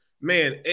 man